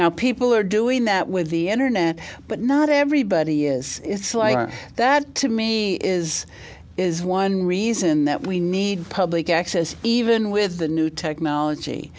now people are doing that with the internet but not everybody is it's like that to me is is one reason that we need public access even with the new technology